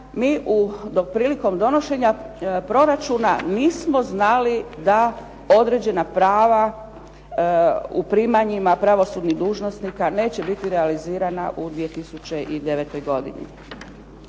dok prilikom donošenja proračuna nismo znali da određena prava u primanjima pravosudnih dužnosnika neće biti realizirana u 2009. godini.